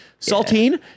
Saltine